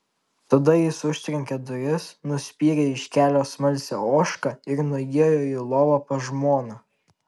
tada jis užtrenkė duris nuspyrė iš kelio smalsią ožką ir nuėjo į lovą pas žmoną